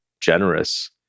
generous